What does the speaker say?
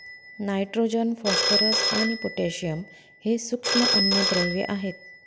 nitrogen, phosphorus आणि potassium हे सूक्ष्म अन्नद्रव्ये आहेत